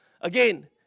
again